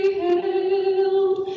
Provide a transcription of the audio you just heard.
hailed